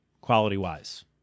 quality-wise